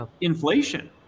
inflation